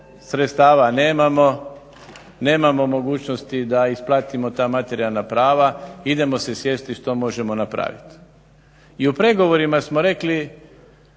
sredstava nemamo, nemamo mogućnosti da isplatimo ta materijalna prava, idemo si sjesti što možemo napraviti. I u pregovorima smo rekli